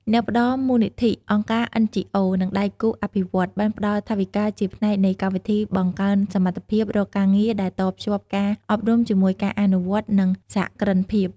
អ្នកផ្តល់មូលនិធិ អង្គការ NGO និងដៃគូអភិវឌ្ឍន៍ បានផ្តល់ថវិកាជាផ្នែកនៃកម្មវិធីបង្កើនសមត្ថភាពរកការងារដែលតភ្ជាប់ការអប់រំជាមួយការអនុវត្តន៍ និងសហគ្រិនភាព។